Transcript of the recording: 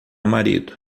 marido